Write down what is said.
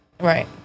Right